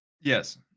Yes